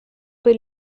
per